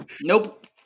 Nope